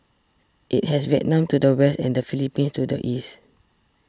it has Vietnam to the west and the Philippines to the east